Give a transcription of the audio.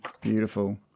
Beautiful